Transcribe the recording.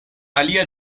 alia